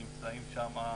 שנמצאים שם,